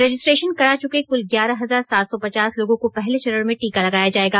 registration करा चुके कुल ग्यारह हजार सात सौ पचास लोगों को पहले चरण में टीका लगाया जाएगा